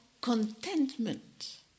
contentment